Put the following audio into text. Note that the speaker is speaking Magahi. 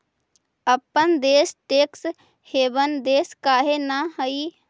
अपन देश टैक्स हेवन देश काहे न हई?